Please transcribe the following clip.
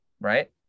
Right